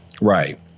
Right